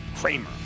Kramer